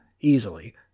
easily